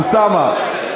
אוסאמה,